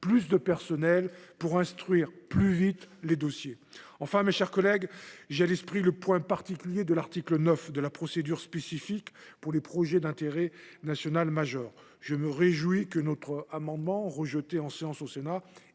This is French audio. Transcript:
permettront d’instruire plus vite les dossiers. Enfin, mes chers collègues, j’ai à l’esprit le point particulier de l’article 9 et de la procédure spécifique pour les projets d’intérêt national majeur. Je me réjouis que notre amendement, rejeté en séance au Sénat,